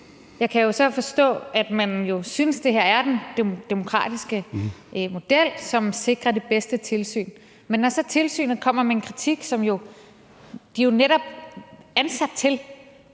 jeg kan så forstå, at man synes, det her er den demokratiske model, som sikrer det bedste tilsyn, men når tilsynet kommer med en kritik, og de er jo netop ansat til